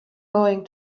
going